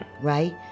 right